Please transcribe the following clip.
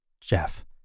Jeff